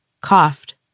coughed